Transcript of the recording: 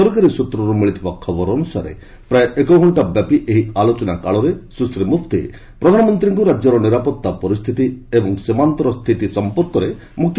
ସରକାରୀ ସୂତ୍ରରୁ ମିଳିଥିବା ଖବର ଅନୁସାରେ ପ୍ରାୟ ଏକଘଷ୍ଟା ବ୍ୟାପି ଏହି ଆଲୋଚନାକାଳରେ ସୁଶ୍ରୀ ମୁଫ୍ତି ପ୍ରଧାନମନ୍ତ୍ରୀଙ୍କୁ ରାଜ୍ୟର ନିରାପତ୍ତା ପରିସ୍ଥିତି ଏବଂ ସୀମାନ୍ତର ସ୍ଥିତି ସମ୍ପର୍କରେ ମୁଖ୍ୟତଃ ଅବଗତ କରାଇଛନ୍ତି